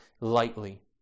lightly